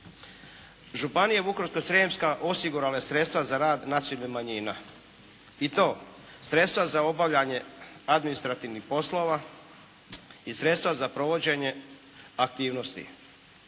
Županija Vukovarsko-srijemska osigurala je sredstva za rad nacionalnih manjina. I to sredstva za obavljanje administrativnih poslova i sredstva za provođenje aktivnosti.